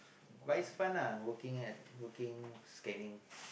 but is fun uh working at working scanning